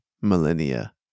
millennia